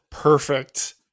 Perfect